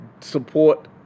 support